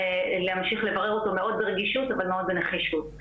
להמשיך לברר אותו מאוד ברגישות אבל מאוד בנחישות.